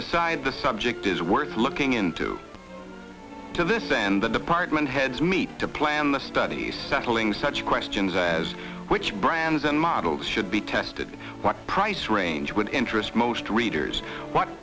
decide the subject is worth looking into to this then the department heads meet to plan the study's settling such questions as which brands and models should be tested what price range would interest most readers what